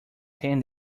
ten